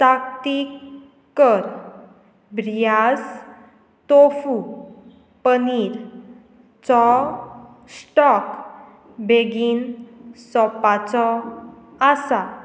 ताकतीक कर ब्रियास तोफू पनीरचो स्टॉक बेगीन सोंपपाचो आसा